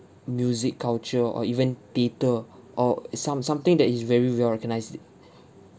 music culture or even theatre or some something that is very well recognized it